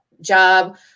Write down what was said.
job